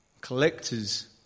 Collectors